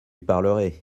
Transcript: parlerai